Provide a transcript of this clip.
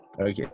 okay